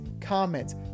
comments